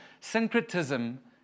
syncretism